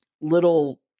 Little